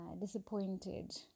disappointed